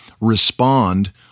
respond